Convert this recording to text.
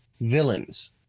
villains